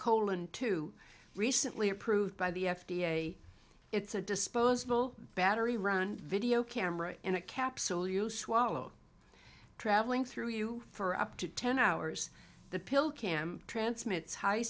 colon to recently approved by the f d a it's a disposable battery run video camera in a capsule you swallow traveling through you for up to ten hours the pill cam transmits high